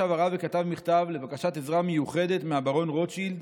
ישב הרב וכתב מכתב לבקשת עזרה מיוחדת מהברון רוטשילד